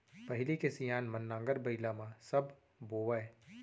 पहिली के सियान मन नांगर बइला म सब बोवयँ